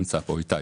נמצא כאן.